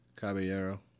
Caballero